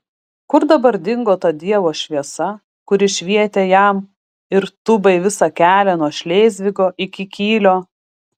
kur dabar dingo ta dievo šviesa kuri švietė jam ir tubai visą kelią nuo šlėzvigo iki kylio